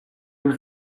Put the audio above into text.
vous